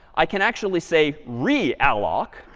i can actually say realloc,